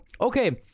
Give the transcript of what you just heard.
Okay